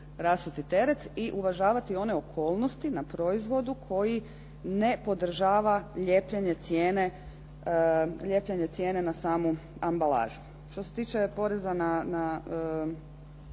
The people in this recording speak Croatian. i uvažavati one okolnosti na proizvodu koji ne podržava lijepljenje cijene na samu ambalažu. Što se tiče poreza na